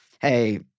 hey